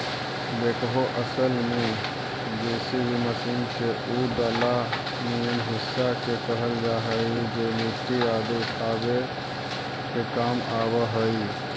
backhoe असल में JCB machine के उ डला निअन हिस्सा के कहल जा हई जे मट्टी आदि उठावे के काम आवऽ हई